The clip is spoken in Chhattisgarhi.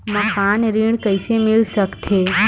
मकान ऋण कइसे मिल सकथे?